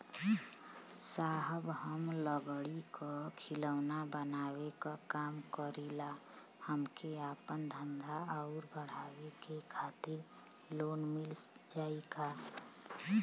साहब हम लंगड़ी क खिलौना बनावे क काम करी ला हमके आपन धंधा अउर बढ़ावे के खातिर लोन मिल जाई का?